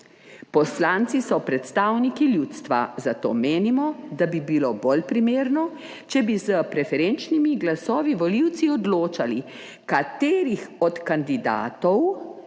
Poslanci so predstavniki ljudstva, zato menimo, da bi bilo bolj primerno, če bi s preferenčnimi glasovi volivci odločali, kateri od kandidatov